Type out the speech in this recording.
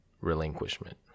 relinquishment